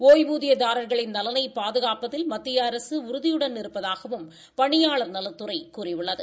ஒய்வூதியதார்களின் நலநன பாதுகாப்பதில் மத்திய அரசு உறுதியுடன் இருப்பதாகவும் பணியாளா் நலத்துறை கூறியுள்ளது